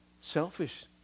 selfish